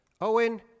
Owen